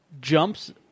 jumps